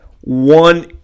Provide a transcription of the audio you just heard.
one